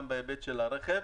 גם בהיבט של הרכב.